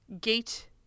gate